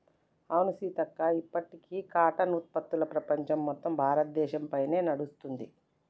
అవును సీతక్క ఇప్పటికీ కాటన్ ఉత్పత్తులు ప్రపంచం మొత్తం భారతదేశ పైనే నడుస్తుంది